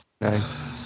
Nice